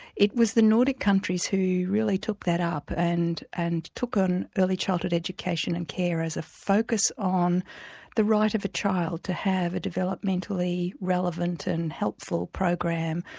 it was the nordic countries who really took that up, and and took on early childhood education and care as a focus on the right of a child to have a developmentally relevant and helpful program,